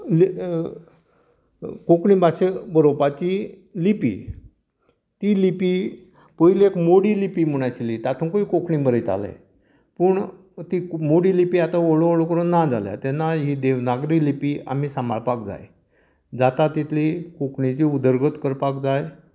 कोंकणी भाशेंत बरोवपाची लिपी ती लिपी पयलेक मोडी लिपी म्हण आशिल्ली तातूंतय कोंकणीन बरयताले पूण ती मोडी लिपी आता हळू हळू करून ना जाल्या तेन्ना ही देवनागरी लिपी आमी सांबाळपाक जाय जाता तितली कोंकणीची उदरगत करपाक जाय